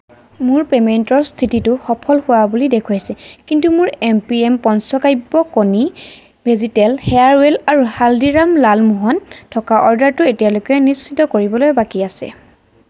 মোৰ পে'মেণ্টৰ স্থিতিটো সফল হোৱা বুলি দেখুৱাইছে কিন্তু মোৰ এম পি এম পঞ্চকাব্য কণী ভেজীতেল হেয়াৰৱেল আৰু হালদিৰাম লালমোহন থকা অৰ্ডাৰটো এতিয়ালৈকে নিশ্চিত কৰিবলৈ বাকী আছে